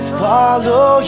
follow